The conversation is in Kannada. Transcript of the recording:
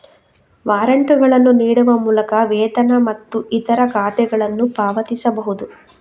ವಾರಂಟುಗಳನ್ನು ನೀಡುವ ಮೂಲಕ ವೇತನ ಮತ್ತು ಇತರ ಖಾತೆಗಳನ್ನು ಪಾವತಿಸಬಹುದು